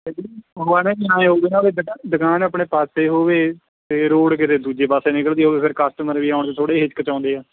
ਵੀ ਦੁਕ ਦੁਕਾਨ ਆਪਣੇ ਪਾਸੇ ਹੋਵੇ ਅਤੇ ਰੋਡ ਕਿਤੇ ਦੂਜੇ ਪਾਸੇ ਨਿਕਲਦੀ ਹੋਵੇ ਫਿਰ ਕਸਟਮਰ ਵੀ ਆਉਣ 'ਚ ਥੋੜ੍ਹੇ ਜਿਹੇ ਹਿੱਚਕਚਾਉਂਦੇ ਆ